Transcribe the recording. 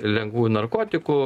lengvųjų narkotikų